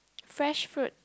fresh fruit